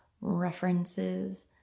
references